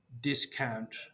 discount